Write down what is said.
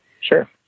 Sure